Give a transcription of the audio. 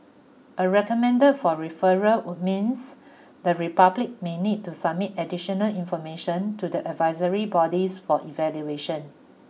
a recommended for referral would means the Republic may need to submit additional information to the advisory bodies for evaluation